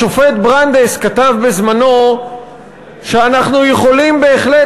השופט ברנדייס כתב בזמנו שאנחנו יכולים בהחלט